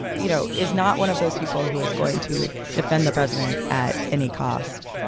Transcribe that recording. you know, is not one of those people who is going to defend the president at any cost